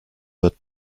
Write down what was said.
wird